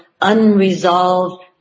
unresolved